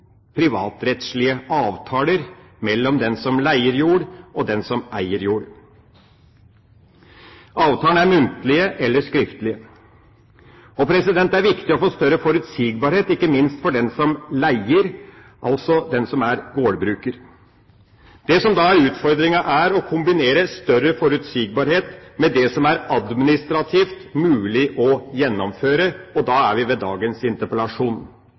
privatrettslige avtaler mellom den som leier jord og den som eier jord. Avtalen er muntlig eller skriftlig. Det er viktig å få større forutsigbarhet, ikke minst for den som leier, altså den som er gårdbruker. Utfordringen er da å kombinere større forutsigbarhet med det som er administrativt mulig å gjennomføre – og da er vi ved dagens interpellasjon.